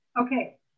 Okay